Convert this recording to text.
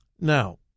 Now